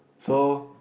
so